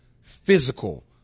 physical